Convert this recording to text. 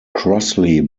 crossley